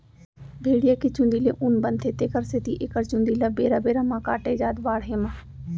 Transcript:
भेड़िया के चूंदी ले ऊन बनथे तेखर सेती एखर चूंदी ल बेरा बेरा म काटे जाथ बाड़हे म